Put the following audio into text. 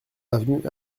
avenue